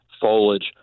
foliage